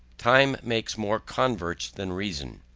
time makes more converts than reason.